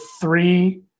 three